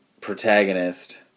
protagonist